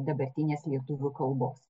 dabartinės lietuvių kalbos